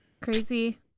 Crazy